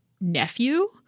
nephew